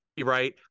right